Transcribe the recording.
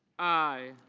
i.